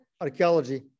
archaeology